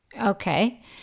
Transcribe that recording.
Okay